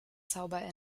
zauber